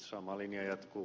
sama linja jatkuu